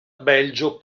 belgio